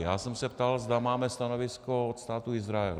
Já jsem se ptal, zda máme stanovisko Státu Izrael.